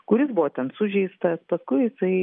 kuris buvo ten sužeistas paskui jisai